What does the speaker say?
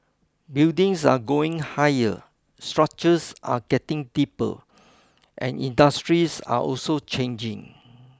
buildings are going higher structures are getting deeper and industries are also changing